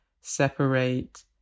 separate